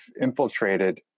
infiltrated